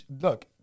look